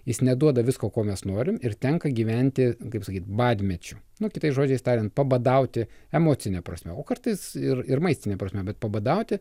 jis neduoda visko ko mes norim ir tenka gyventi kaip sakyt badmečiu nu kitais žodžiais tariant pabadauti emocine prasme o kartais ir ir maistine prasme bet pabadauti